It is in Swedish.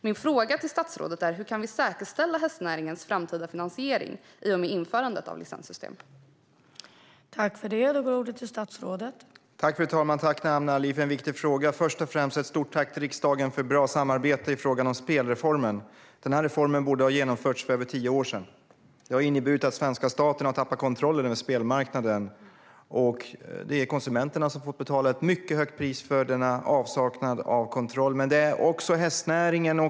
Min fråga till statsrådet är: Hur kan vi säkerställa hästnäringens framtida finansiering i och med att ett licenssystem införs?